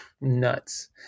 nuts